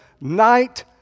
night